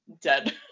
dead